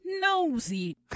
Nosy